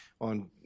on